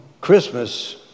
Christmas